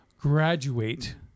graduate